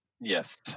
yes